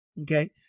okay